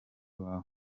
wawe